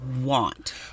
want